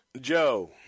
Joe